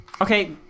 Okay